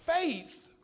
faith